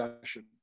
session